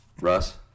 Russ